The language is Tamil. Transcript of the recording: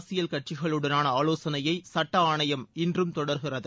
அரசியல் கட்சிகளுடனான ஆலோசனையை சட்ட ஆணையம் இன்றும் தொடருகிறது